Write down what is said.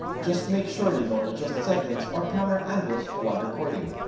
just make sure you don't adjust settings, or camera angles while recording.